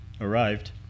arrived